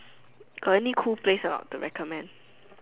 any cool place or not to recommend